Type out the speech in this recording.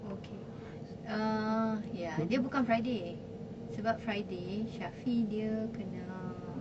okay uh ya dia bukan friday sebab friday shafie dia kena